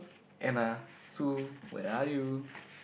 Anna Sue where are you